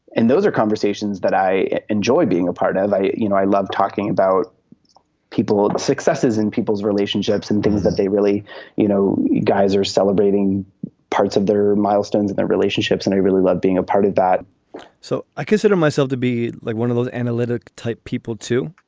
and those are conversations that i enjoy being a part of. you know, i love talking about people successes in people's relationships and things that they really you know, you guys are celebrating parts of their milestones and their relationships. and i really love being a part of that so i consider myself to be like one of those analytic type people, too.